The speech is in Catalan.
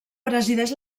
presideix